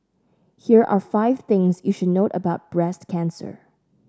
here are five things you should note about breast cancer